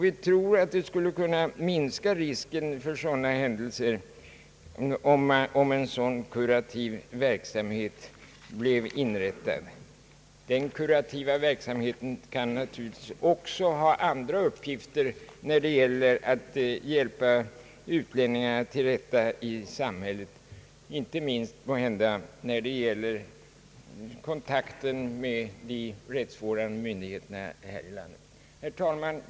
Vi tror att risken för sådana händelser skulle kunna minskas genom inrättandet av en kurativ verksamhet. En sådan kurativ verksamhet kan naturligtvis också ha andra uppgifter, t.ex. att hjälpa utlänningarna till rätta i samhället, inte minst när det gäller kontakten med de rättsvårdande myndigheterna här i landet. Herr talman!